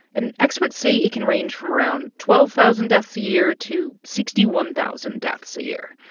and experts say it can range from around twelve thousand deaths a year to sixty one thousand deaths a year.